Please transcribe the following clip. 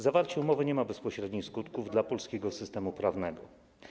Zawarcie umowy nie ma bezpośrednich skutków dla polskiego systemu prawnego.